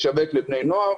לשווק לבני נוער.